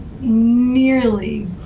nearly